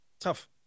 Tough